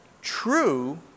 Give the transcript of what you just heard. true